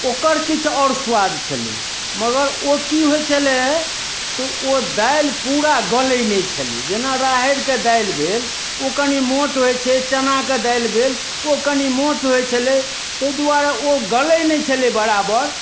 ओकर किछु आओर स्वाद छलै मगर ओ कि होइ छलै तऽ ओ दालि पूरा गलै नहि छलै जेना राहैरि के दालि भेल ओ कनि मोट होइ छै चना के दालि भेल ओ कनि मोट होइ छलै ताहि दुआरे ओ गलै नहि छलै बराबर